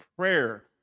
Prayer